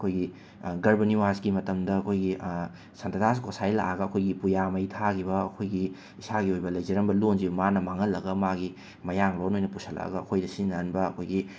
ꯑꯩꯈꯣꯏꯒꯤ ꯒꯔꯤꯕꯅꯤꯋꯥꯁꯀꯤ ꯃꯇꯝꯗ ꯑꯩꯈꯣꯏꯒꯤ ꯁꯥꯟꯇꯤꯗꯥꯁ ꯒꯣꯁꯥꯏ ꯂꯥꯛꯑꯒ ꯑꯩꯈꯣꯏꯒꯤ ꯄꯨꯌꯥ ꯃꯩ ꯊꯥꯒꯤꯕ ꯑꯩꯈꯣꯏꯒꯤ ꯏꯁꯥꯒꯤ ꯑꯣꯏꯕ ꯂꯩꯖꯔꯝꯕ ꯂꯣꯟꯁꯤ ꯃꯥꯅ ꯃꯥꯡꯍꯜꯂꯒ ꯃꯥꯒꯤ ꯃꯌꯥꯡ ꯂꯣꯟ ꯑꯣꯏꯅ ꯄꯨꯁꯤꯜꯂꯛꯑꯒ ꯑꯈꯣꯏꯗ ꯁꯤꯖꯤꯟꯅꯍꯟꯕ ꯑꯩꯈꯣꯏꯒꯤ